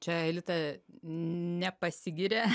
čia aelita nepasigiria